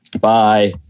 bye